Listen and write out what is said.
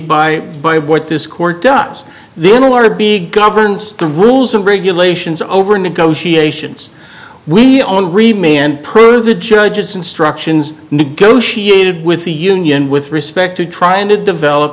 by by what this court does then a lot of big governs the rules and regulations over negotiations we are remain and prove the judge's instructions negotiated with the union with respect to trying to develop